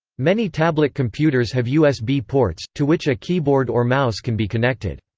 many tablet computers have usb ports, to which a keyboard or mouse can be connected.